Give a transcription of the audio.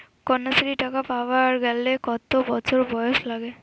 কন্যাশ্রী টাকা পাবার গেলে কতো বছর বয়স লাগে?